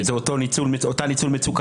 זה אותו ניצול מצוקה.